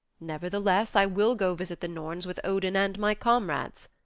nevertheless i will go visit the norns with odin and my comrades,